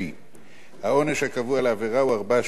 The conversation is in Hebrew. העונש הקבוע על העבירה הוא ארבע שנות מאסר.